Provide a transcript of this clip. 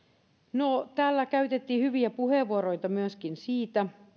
no täällä käytettiin hyviä puheenvuoroja myöskin siitä